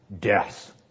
death